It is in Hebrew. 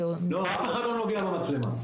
אף אחד לא נוגע במצלמה.